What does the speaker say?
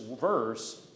verse